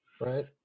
right